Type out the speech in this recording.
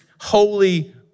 holy